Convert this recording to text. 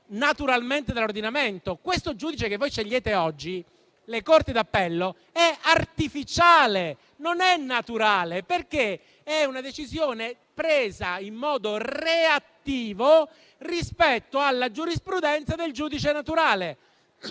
naturalmente dall'ordinamento. Il giudice che voi scegliete oggi, quello delle Corti d'appello, è artificiale, non è naturale, perché è una decisione presa in modo reattivo rispetto alla giurisprudenza del giudice naturale.